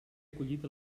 acollit